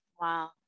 Wow